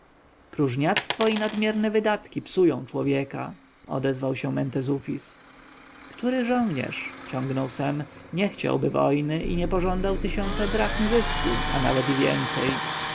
i nadmierne wydatki psują człowieka odezwał się mentezufis który żołnierz ciągnął sem nie chciałby wojny i nie pożądał tysiąca drachm zysku a nawet i więcej